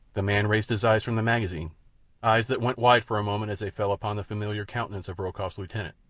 the man raised his eyes from the magazine eyes that went wide for a moment as they fell upon the familiar countenance of rokoff's lieutenant,